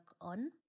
on